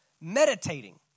meditating